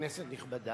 כנסת נכבדה,